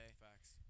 Facts